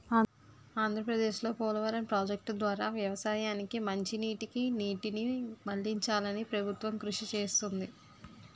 ఆంధ్రప్రదేశ్లో పోలవరం ప్రాజెక్టు ద్వారా వ్యవసాయానికి మంచినీటికి నీటిని మళ్ళించాలని ప్రభుత్వం కృషి చేస్తుంది